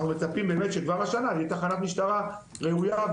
אנחנו מצפים שכבר השנה תהיה תחנת משטרה ראויה,